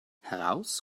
heraus